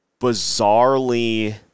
bizarrely